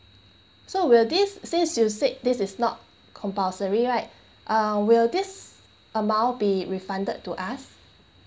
so will this since you said this is not compulsory right uh will this amount be refunded to us